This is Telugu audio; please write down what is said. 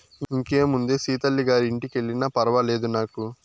ఇంకేముందే సీతల్లి గారి ఇంటికెల్లినా ఫర్వాలేదు నాకు